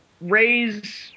raise